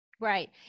Right